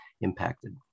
impacted